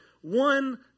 one